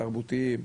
תרבותיים,